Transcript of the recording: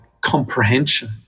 comprehension